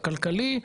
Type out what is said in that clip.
הכלכלי,